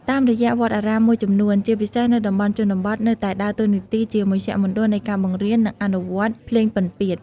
តាមរយៈវត្តអារាមមួយចំនួន ជាពិសេសនៅតំបន់ជនបទ នៅតែដើរតួនាទីជាមជ្ឈមណ្ឌលនៃការបង្រៀន និងអនុវត្តភ្លេងពិណពាទ្យ។